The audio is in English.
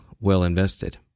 well-invested